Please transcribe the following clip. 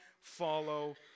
follow